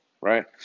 Right